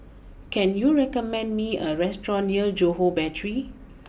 can you recommend me a restaurant near Johore Battery